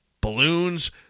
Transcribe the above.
balloons